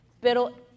pero